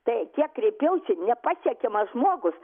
tai kiek kreipiausi nepasiekiamas žmogus